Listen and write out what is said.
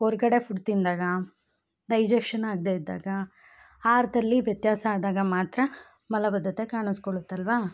ಹೊರ್ಗಡೆ ಫುಡ್ ತಿಂದಾಗ ಡೈಜೇಶನ್ ಆಗದೇ ಇದ್ದಾಗ ಆಹಾರ್ದಲ್ಲಿ ವ್ಯತ್ಯಾಸ ಆದಾಗ ಮಾತ್ರ ಮಲಬದ್ಧತೆ ಕಾಣಿಸ್ಕೊಳುತ್ತಲ್ವಾ